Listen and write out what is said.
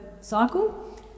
cycle